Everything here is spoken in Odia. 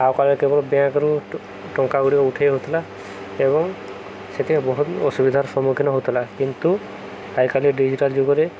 ଆଗକାଳରେ କେବଳ ବ୍ୟାଙ୍କରୁ ଟଙ୍କା ଗୁଡ଼ିକ ଉଠେଇ ହଉଥିଲା ଏବଂ ସେଥିରେ ବହୁତ ଅସୁବିଧାର ସମ୍ମୁଖୀନ ହଉଥିଲା କିନ୍ତୁ ଆଜିକାଲି ଡିଜିଟାଲ ଯୁଗରେ